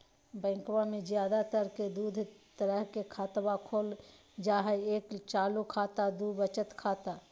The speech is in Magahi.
बैंकवा मे ज्यादा तर के दूध तरह के खातवा खोलल जाय हई एक चालू खाता दू वचत खाता